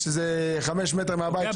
שזה 5 מ' מהבית שלו,